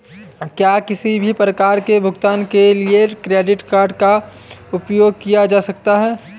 क्या किसी भी प्रकार के भुगतान के लिए क्रेडिट कार्ड का उपयोग किया जा सकता है?